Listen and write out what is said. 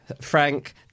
Frank